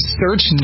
search